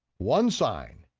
one sign,